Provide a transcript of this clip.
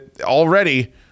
already